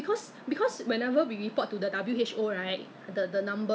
ah I think Jollibee the fried chicken is better than K_F_C